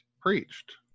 preached